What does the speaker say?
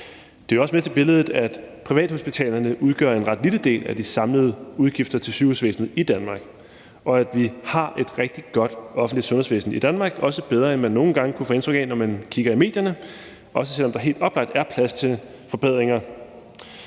privathospitalerne udgør en ret lille del af de samlede udgifter til sygehusvæsenet i Danmark, og at vi har et rigtig godt offentligt sundhedsvæsen i Danmark, også bedre, end man nogle gange kunne få indtryk af, når man kigger i medierne, og også selv om der helt oplagt er plads til forbedringer.